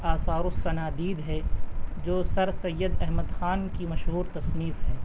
آثار الصنادید ہے جو سر سید احمد خان کی مشہور تصنیف ہے